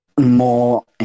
more